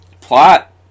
plot